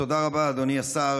תודה רבה, אדוני השר.